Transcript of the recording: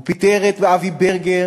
הוא פיטר את אבי ברגר,